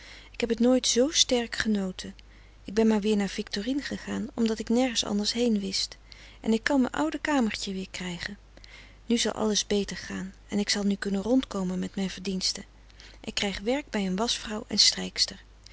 ik heb t nooit zoo sterk genoten ik ben maar weer naar victorine gegaan omdat ik nergens anders heen wist en ik kan mijn oude kamertje weer krijgen nu zal alles beter gaan en ik zal nu kunnen rondkomen met mijn verdienste ik krijg werk bij een waschvrouw en strijkster